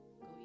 go